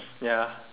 ya